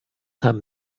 haben